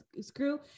screw